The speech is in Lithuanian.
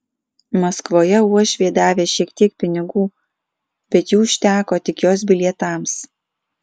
maskvoje uošvė davė šiek tiek pinigų bet jų užteko tik jos bilietams